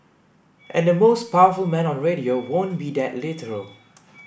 and the most powerful man on radio won't be that literal